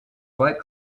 fight